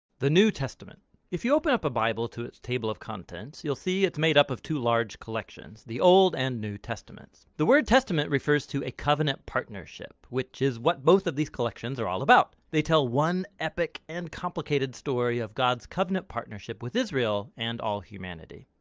the new testament if you open up a bible to its table of contents, you will see it is made up of two large collections the old and new testaments. the word testament refers to a covenant partnership, which is what both of these collections are all about. they tell one epic and complicated story of god's covenant partnership with israel and all humanity.